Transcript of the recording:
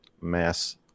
mass